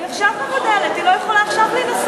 היא עכשיו מבודלת, היא לא יכולה עכשיו להינשא.